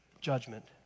judgment